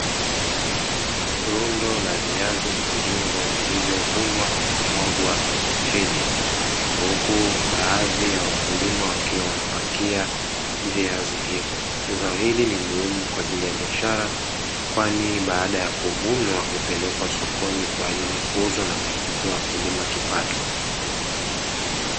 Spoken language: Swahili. Rundo la viazi mviringo vilivyovunwa na kumwaga chini huku baadhi ya wakulima wakiwa wanapakia viazi hivyo zao hili ni muhimu kwa ajili ya biashara kwani baada ya kuvunwa hupelekwa sokoni kwa ajili ya kuuzwa na kuwaingizia wakulima kipato.